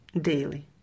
daily